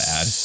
add